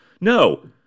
No